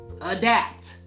adapt